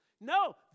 No